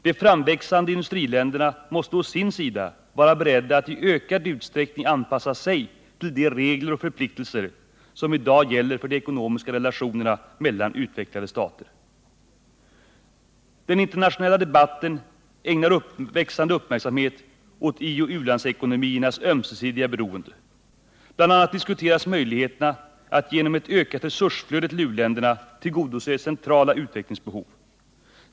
De framväxande industriländerna måste å sin sida vara beredda att i ökad utsträckning anpassa sig till de regler och förpliktelser som i dag gäller för de ekonomiska relationerna mellan utvecklade stater. Den internationella debatten ägnar växande uppmärksamhet åt ioch ulandsekonomiernas ömsesidiga beroende. Bl. a. diskuteras möjligheterna att genom ett ökat resursflöde till u-länderna tillgodose centrala utvecklingsbehov.